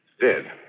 Dead